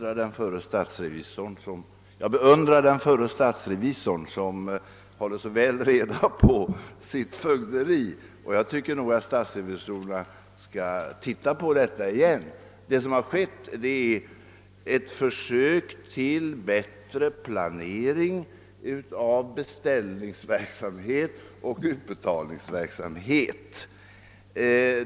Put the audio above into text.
Herr talman! Jag beundrar den förre statsrevisorn Vigelsbo för att han håller så väl reda på sitt gamla fögderi, och jag tycker att statsrevisorerna gärna kan se på dessa frågor igen. Vad som här skett är ett försök till bättre planering av beställningsoch utbetalningsverksamheten.